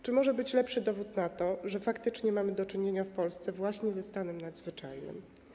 Czy może być lepszy dowód na to, że faktycznie mamy do czynienia w Polsce ze stanem nadzwyczajnym?